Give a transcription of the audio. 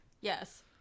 yes